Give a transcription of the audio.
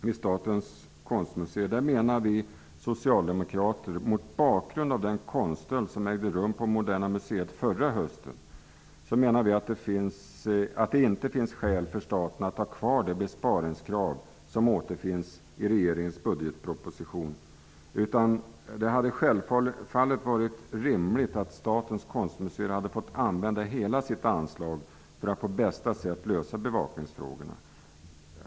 Vi socialdemokrater menar att det mot bakgrund av den konststöld som ägde rum på Moderna museet förra hösten inte finns skäl för staten att ha kvar det besparingskrav som återfinns i regeringens budgetproposition. Det hade självfallet varit rimligt att Statens konstmuseer hade fått använda hela sitt anslag för att på bästa sätt lösa bevakningsfrågorna.